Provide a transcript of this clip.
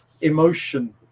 emotion